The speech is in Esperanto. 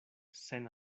sen